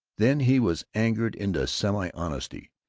then he was angered into semi-honesty.